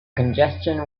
congestion